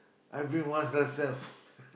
I've been once last self